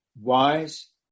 wise